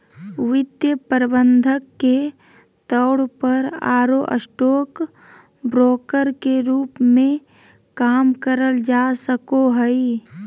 वित्तीय प्रबंधक के तौर पर आरो स्टॉक ब्रोकर के रूप मे काम करल जा सको हई